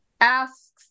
asks